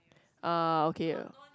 ah okay